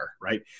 right